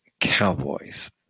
Cowboys